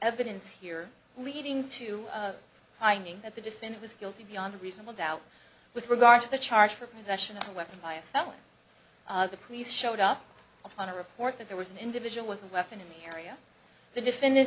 evidence here leading to a finding that the defendant is guilty beyond a reasonable doubt with regard to the charge for possession of a weapon by a felon the police showed up on a report that there was an individual with a weapon in the area the defendant